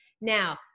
Now